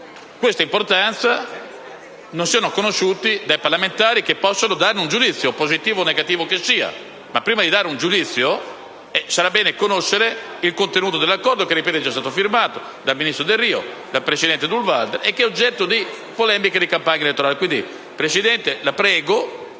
questa rilevanza non siano conosciuti dai parlamentari, i quali possono darne un giudizio, positivo o negativo che sia. Tuttavia, prima di dare un giudizio, sarà bene conoscere il contenuto dell'accordo, che - ripeto - è già stato firmato dal ministro Delrio e dal presidente Durnwalder, e che è oggetto di polemiche da campagna elettorale.